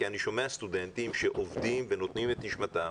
אני שומע סטודנטים שעובדים ונותנים את נשמתם